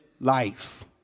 life